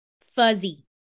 fuzzy